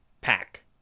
pack